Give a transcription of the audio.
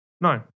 No